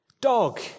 Dog